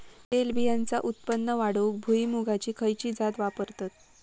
तेलबियांचा उत्पन्न वाढवूक भुईमूगाची खयची जात वापरतत?